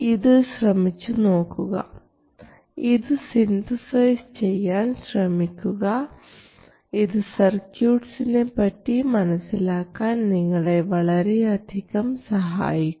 ഇത് ശ്രമിച്ചു നോക്കുകഇത് സിന്തസൈസ് ചെയ്യാൻ ശ്രമിക്കുക ഇത് സർക്യൂട്ട്സിനെപ്പറ്റി മനസ്സിലാക്കാൻ നിങ്ങളെ വളരെയധികം സഹായിക്കും